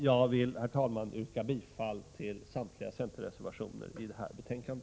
Jag vill, herr talman, yrka bifall till samtliga centerreservationer i detta betänkande.